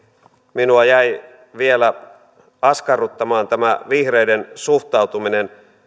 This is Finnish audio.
minua jäi vielä askarruttamaan tämä vihreiden suhtautuminen